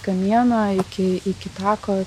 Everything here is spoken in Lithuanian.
kamieno iki iki tako